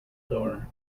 door